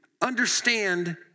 Understand